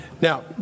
Now